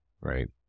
right